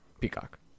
Peacock